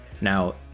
Now